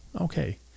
okay